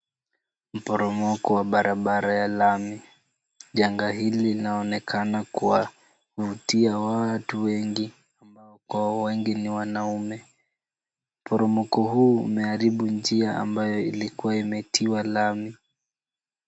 Mporomoko wa barabara ya lami. Janga hili linaonekana kuwavutia watu wengi ambao kwa wengi ni wanaume. Mporomoko huu umeharibu njia ambayo ilikuwa imetiwa lami.